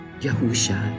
Yahusha